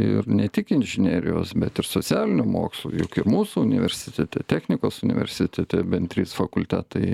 ir ne tik inžinerijos bet ir socialinių mokslų juk ir mūsų universitete technikos universitete bent trys fakultetai